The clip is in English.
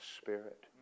spirit